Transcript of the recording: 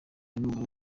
numara